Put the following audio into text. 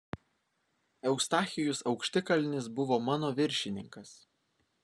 eustachijus aukštikalnis buvo mano viršininkas